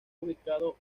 ubicado